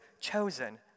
chosen